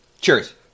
Cheers